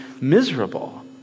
miserable